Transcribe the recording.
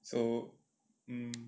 so mm